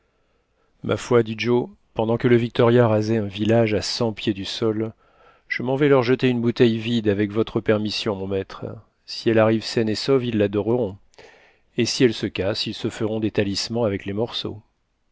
ma foi dit joe pendant que le victoria rasait un village à cent pied du sol je m'en vais leur jeter une bouteille vide avec votre permission mon maître si elle arrive saine et sauve ils l'adoreront si elle se casse ils se feront des talismans avec les morceaux